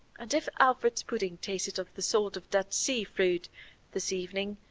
and if alfred's pudding tasted of the salt of dead sea fruit this evening,